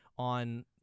On